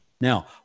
Now